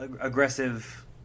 aggressive